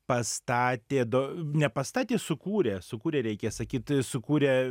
pastatė do ne pastatė sukūrė sukūrė reikia sakyt sukūrė